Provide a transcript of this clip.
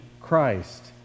Christ